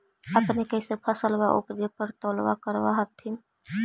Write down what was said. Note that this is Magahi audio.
अपने कैसे फसलबा उपजे पर तौलबा करबा होत्थिन?